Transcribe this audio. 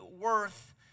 worth